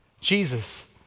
Jesus